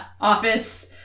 office